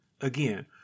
again